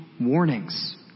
warnings